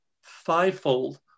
fivefold